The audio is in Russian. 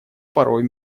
порою